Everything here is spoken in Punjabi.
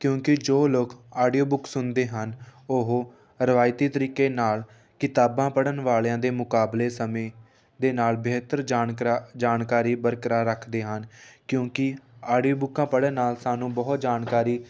ਕਿਉਂਕਿ ਜੋ ਲੋਕ ਆਡੀਓ ਬੁੱਕ ਸੁਣਦੇ ਹਨ ਉਹ ਰਵਾਇਤੀ ਤਰੀਕੇ ਨਾਲ ਕਿਤਾਬਾਂ ਪੜ੍ਹਨ ਵਾਲਿਆਂ ਦੇ ਮੁਕਾਬਲੇ ਸਮੇਂ ਦੇ ਨਾਲ ਬਿਹਤਰ ਜਾਣਕਰਾ ਜਾਣਕਾਰੀ ਬਰਕਰਾਰ ਰੱਖਦੇ ਹਨ ਕਿਉਂਕਿ ਆਡੀਓ ਬੁੱਕਾਂ ਪੜ੍ਹਨ ਨਾਲ ਸਾਨੂੰ ਬਹੁਤ ਜਾਣਕਾਰੀ